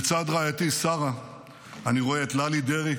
לצד רעייתי שרה אני רואה את ללי דרעי